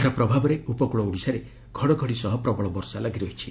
ଏହାର ପ୍ରଭାବରେ ଉପକୂଳ ଓଡ଼ିଶାରେ ଘଡ଼ଘଡ଼ି ସହ ପ୍ରବଳ ବର୍ଷା ଲାଗି ରହିଛି